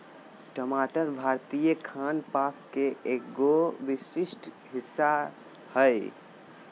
टमाटर भारतीय खान पान के एगो विशिष्ट हिस्सा हय